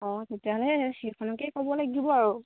অঁ তেতিয়াহ'লে সেইখনকেই ক'ব লাগিব আৰু